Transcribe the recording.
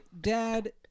dad